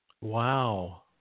Wow